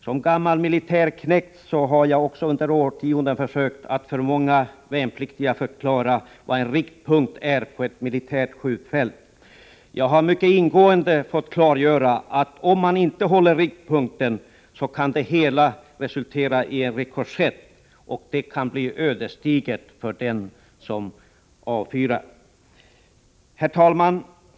Som gammal militärknekt har jag under årtionden försökt att för många värnpliktiga förklara vad en riktpunkt är på ett militärt skjutfält. Jag har mycket ingående fått klargöra att om man inte håller riktpunkten kan det hela resultera i en rikoschett, och det kan bli ödesdigert för den som avfyrar. Herr talman!